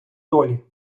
долі